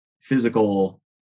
physical